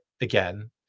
again